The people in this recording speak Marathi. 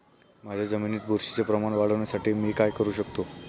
माझ्या जमिनीत बुरशीचे प्रमाण वाढवण्यासाठी मी काय करू शकतो?